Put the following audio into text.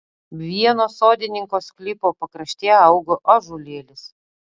vieno sodininko sklypo pakraštyje augo ąžuolėlis